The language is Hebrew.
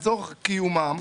לצורך קיומם,